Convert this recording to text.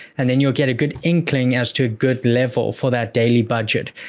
and then, you'll get a good inkling as to a good level for that daily budget.